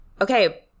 okay